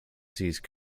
seized